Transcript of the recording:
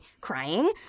crying